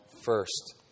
first